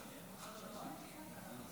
תשובה בנוגע למדיניות המיסוי בנוגע